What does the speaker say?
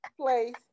Place